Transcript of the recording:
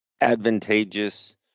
advantageous